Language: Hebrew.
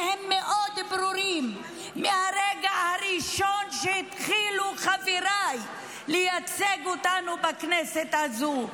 שהם מאוד ברורים מהרגע הראשון שהתחילו חבריי לייצג אותנו בכנסת הזו: